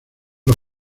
los